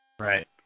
Right